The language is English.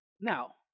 Now